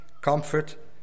comfort